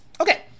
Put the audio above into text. okay